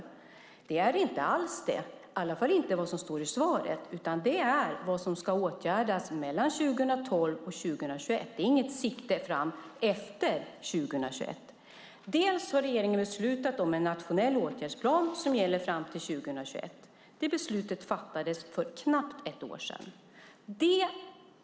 Men det är det inte alls det, i alla fall inte efter vad som står i svaret, utan det är vad som ska åtgärdas mellan 2012 och 2021. Det är inget sikte bortom 2021. Regeringen har beslutat om en nationell åtgärdsplan som gäller fram till 2021. Det beslutet fattades för knappt ett år sedan.